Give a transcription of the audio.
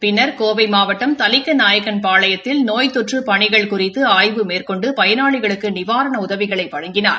பின்னர் கோவை மாவட்டம் தலிக்கநாயக்கள் பாளையத்தில் நோய் தொற்று பணிகள் குறித்து ஆய்வு மேற்கொண்டு பயனாளிகளுக்கு நிவாரண உதவிகளை வழங்கினார்